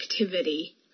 activity